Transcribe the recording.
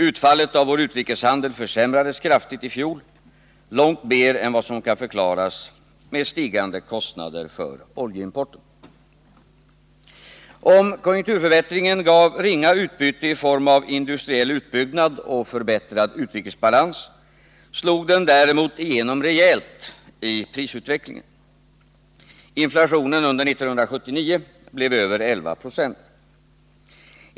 Utfallet av vår utrikeshandel försämrades kraftigt i fjol — långt mer än vad som kan förklaras med stigande kostnader för oljeimporten. Om konjunkturförbättringen gav ringa utbyte i form av industriell utbyggnad och förbättrad utrikesbalans, slog den däremot igenom rejält i prisutvecklingen. Inflationen under 1979 blev över 11 Ze.